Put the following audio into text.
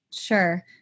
Sure